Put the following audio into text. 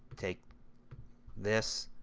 take this,